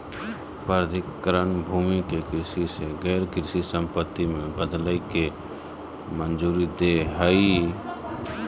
प्राधिकरण भूमि के कृषि से गैर कृषि संपत्ति में बदलय के मंजूरी दे हइ